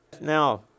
Now